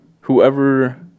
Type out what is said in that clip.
Whoever